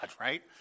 right